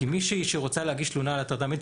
כי מישהי שרוצה להגיש תלונה על הטרדה מינית,